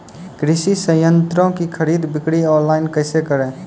कृषि संयंत्रों की खरीद बिक्री ऑनलाइन कैसे करे?